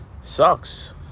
Sucks